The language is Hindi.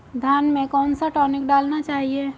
धान में कौन सा टॉनिक डालना चाहिए?